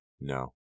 No